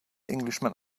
englishman